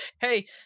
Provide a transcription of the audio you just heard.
hey